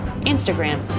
Instagram